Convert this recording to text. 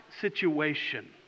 situation